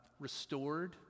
restored